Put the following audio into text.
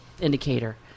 indicator